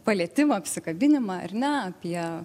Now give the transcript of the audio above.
palietimą apsikabinimą ar ne apie